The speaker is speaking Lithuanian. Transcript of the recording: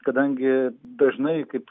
kadangi dažnai kaip